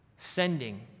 sending